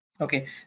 okay